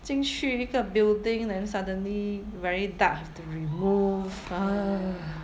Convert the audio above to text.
进去一个 building then suddenly very dark have to remove